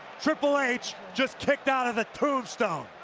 triple h just kicked down to the tombstone.